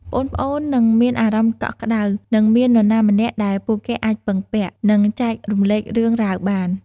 ប្អូនៗនឹងមានអារម្មណ៍កក់ក្ដៅ និងមាននរណាម្នាក់ដែលពួកគេអាចពឹងពាក់ និងចែករំលែករឿងរ៉ាវបាន ។